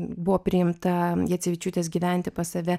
buvo priimta jacevičiūtės gyventi pas save